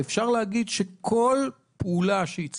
אפשר להגיד שכל פעולה שהיא צבאית,